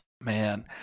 man